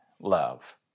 Love